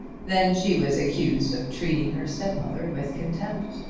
then she was accused of treating her stepmother with contempt.